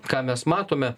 ką mes matome